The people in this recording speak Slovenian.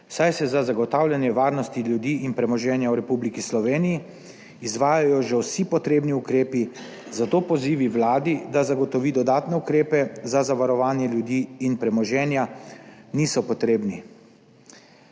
saj se za zagotavljanje varnosti ljudi in premoženja v Republiki Sloveniji izvajajo že vsi potrebni ukrepi, zato pozivi Vladi, da zagotovi dodatne ukrepe za zavarovanje ljudi in premoženja niso potrebni.